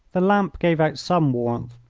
the lamp gave out some warmth,